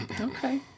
Okay